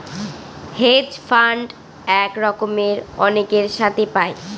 hedge fund এক রকমের অনেকের সাথে পায়